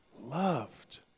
loved